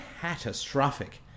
catastrophic